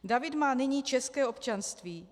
David má nyní české občanství.